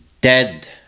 dead